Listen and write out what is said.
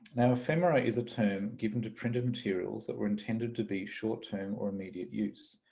now ephemera is a term given to printed materials that were intended to be short-term or immediate use.